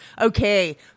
Okay